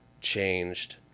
changed